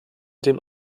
dem